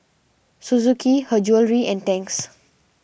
Suzuki Her Jewellery and Tangs